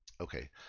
Okay